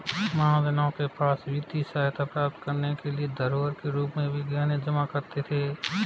महाजनों के पास वित्तीय सहायता प्राप्त करने के लिए धरोहर के रूप में वे गहने जमा करते थे